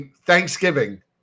Thanksgiving